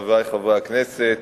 חברי חברי הכנסת,